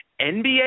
NBA